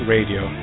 Radio